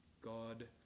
God